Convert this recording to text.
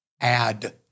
add